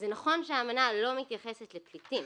זה נכון שהאמנה לא מתייחסת לפליטים,